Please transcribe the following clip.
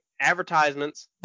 advertisements